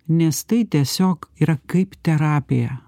nes tai tiesiog yra kaip terapija